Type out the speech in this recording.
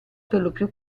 perlopiù